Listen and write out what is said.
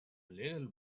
little